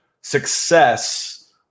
success